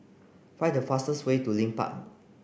find the fastest way to Leith Park